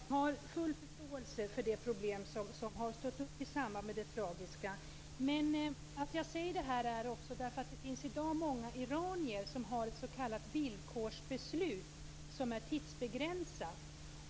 Fru talman! Jag har full förståelse för det problem som har uppstått i samband med det tragiska. Men att jag säger det här beror också på att det i dag är många iranier som har ett s.k. villkorsbeslut som är tidsbegränsat.